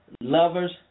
lovers